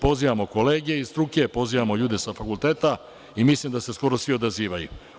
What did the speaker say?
Pozivamo kolege iz struke, pozivamo ljude sa fakulteta i mislim da se skoro svi odazivaju.